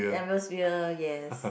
atmosphere yes